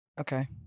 Okay